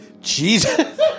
Jesus